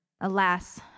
Alas